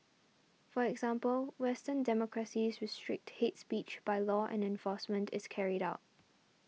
for example Western democracies restrict hates speech by law and enforcement is carried out